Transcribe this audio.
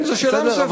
כן, זאת שאלה נוספת.